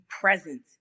present